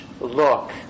look